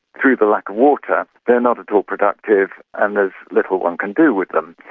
through the lack of water they are not at all productive and there's little one can do with them.